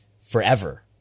forever